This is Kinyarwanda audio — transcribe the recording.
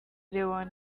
leon